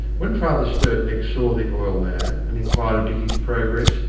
when father sturt next saw the oil-man, and inquired of dicky's progress,